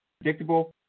predictable